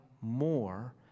more